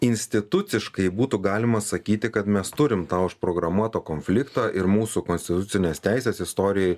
instituciškai būtų galima sakyti kad mes turim tą užprogramuotą konfliktą ir mūsų konstitucinės teisės istorijoj